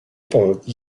pomyłki